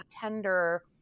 tender